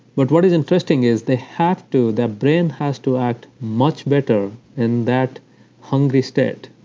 but what is interesting is they have to, their brain has to act much better in that hungry state.